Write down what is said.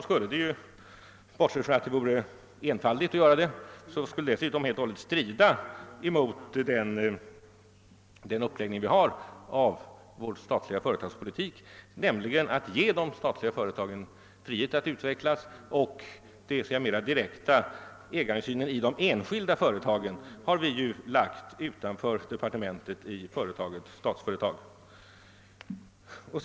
Och bortsett från att det vore enfaldigt att göra på detta sätt skulle det helt och hållet strida mot uppläggningen av vår statliga företagspolitik, nämligen att de statliga företagen skall ges frihet att utvecklas. Den mera direkta ägarinsynen i de olika företagen har vi ju lagt utanför departementet, i Statsföretag AB.